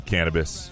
Cannabis